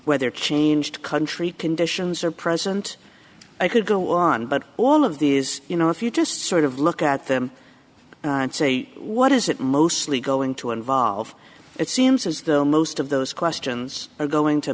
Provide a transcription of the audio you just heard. whether change country conditions are present i could go on but all of these you know if you just sort of look at them and say what is it mostly going to involve it seems as though most of those questions are going to